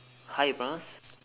how you pronounce